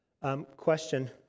Question